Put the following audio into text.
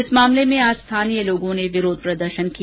इस मामले में आज स्थानीय लोगों ने विरोध प्रदर्शन किया